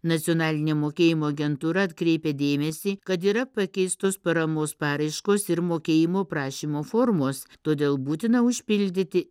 nacionalinė mokėjimo agentūra atkreipė dėmesį kad yra pakeistos paramos paraiškos ir mokėjimo prašymo formos todėl būtina užpildyti